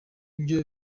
byo